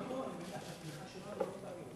מאחר,